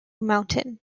mountain